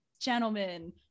Gentlemen